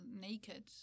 naked